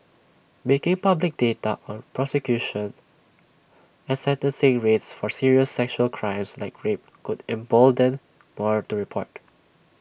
making public data on prosecution and sentencing rates for serious sexual crimes like rape could embolden more to report